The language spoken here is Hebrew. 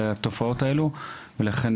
תופעות כאלה שהמזוודה לא עלתה למטוס.